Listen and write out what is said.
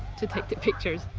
to take the pictures.